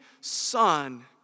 son